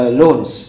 loans